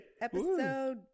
Episode